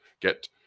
get